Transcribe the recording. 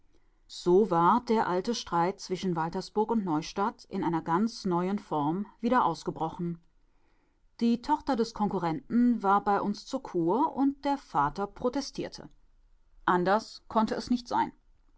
so war der alte streit zwischen waltersburg und neustadt in einer ganz neuen form wieder ausgebrochen die tochter des konkurrenten war bei uns zur kur und der vater protestierte anders konnte es nicht sein